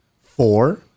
four